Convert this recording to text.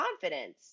confidence